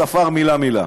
ספר מילה-מילה.